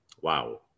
Wow